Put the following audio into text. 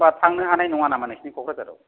होमब्ला थांनो हानाय नङा नामा नोंसिनि क'क्राझाराव